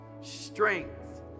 strength